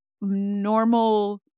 normal